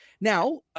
Now